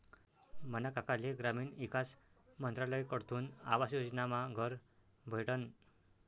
मना काकाले ग्रामीण ईकास मंत्रालयकडथून आवास योजनामा घर भेटनं